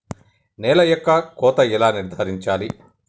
నేల యొక్క కోత ఎలా నిర్ధారించాలి?